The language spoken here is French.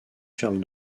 charles